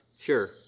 Sure